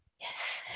yes